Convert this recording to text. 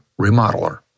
remodeler